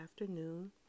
afternoon